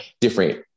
different